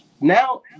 Now